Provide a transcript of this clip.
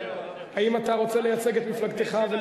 האם אתה רוצה לייצג את מפלגתך?